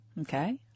Okay